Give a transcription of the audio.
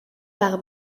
par